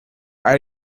are